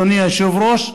אדוני היושב-ראש.